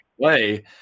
play